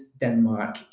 Denmark